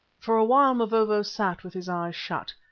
for a while mavovo sat with his eyes shut.